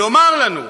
לומר לנו,